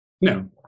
No